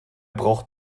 braucht